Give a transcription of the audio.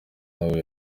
nawe